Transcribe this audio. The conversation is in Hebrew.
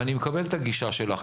אני מקבל את הגישה שלך,